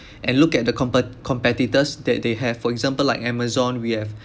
and look at the compe~ competitors that they have for example like amazon we have